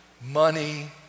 money